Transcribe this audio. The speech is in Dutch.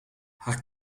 haar